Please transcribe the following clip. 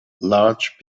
large